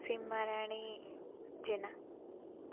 Simarani Jena